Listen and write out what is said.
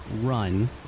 Run